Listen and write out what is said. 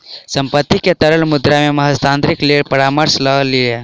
संपत्ति के तरल मुद्रा मे हस्तांतरणक लेल परामर्श लय लिअ